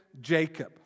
Jacob